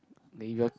maybe